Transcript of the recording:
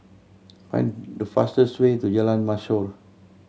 find the fastest way to Jalan Mashhor